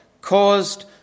caused